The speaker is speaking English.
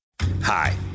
Hi